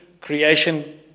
creation